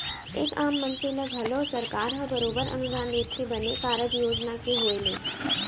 एक आम मनसे ल घलौ सरकार ह बरोबर अनुदान देथे बने कारज योजना के होय ले